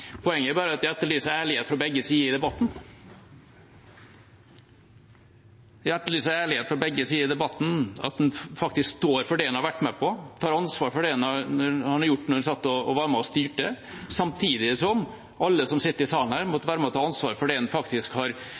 poenget. Poenget er bare at jeg etterlyser ærlighet fra begge sider i debatten. Jeg etterlyser ærlighet fra begge sider i debatten, at en faktisk står for det en har vært med på, tar ansvar for det en gjorde da en var med og styrte, samtidig som alle som sitter i salen her, må være med og ta ansvar for det en faktisk har